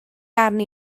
arni